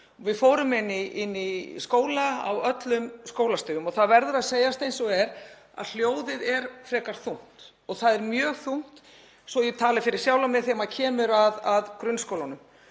Við fórum í skóla á öllum skólastigum og það verður að segjast eins og er að hljóðið er frekar þungt. Það er mjög þungt, svo að ég tali fyrir sjálfa mig, þegar kemur að grunnskólanum.